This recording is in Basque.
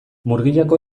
murgiako